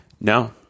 No